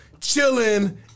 chilling